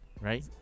right